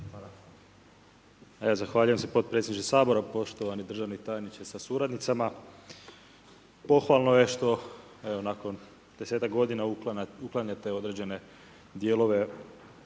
Zahvaljujem se potpredsjedniče Sabora, poštovani državni tajniče sa suradnicama. Pohvalno je što, evo nakon 10-ak godina uklanjate određene dijelove